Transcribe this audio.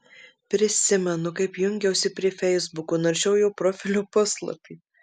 prisimenu kaip jungiausi prie feisbuko naršiau jo profilio puslapį